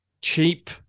cheap